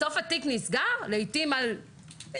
בסוף התיק נסגר לעיתים על עניינים